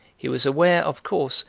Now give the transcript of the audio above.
he was aware, of course,